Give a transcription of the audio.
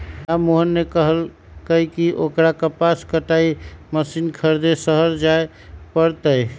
राममोहन ने कहल कई की ओकरा कपास कटाई मशीन खरीदे शहर जाय पड़ तय